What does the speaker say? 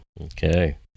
Okay